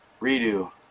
Redo